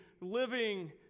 living